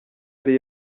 yari